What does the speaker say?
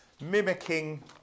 mimicking